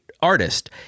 artist